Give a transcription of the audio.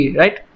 right